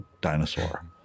dinosaur